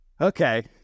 okay